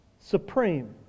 supreme